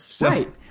Right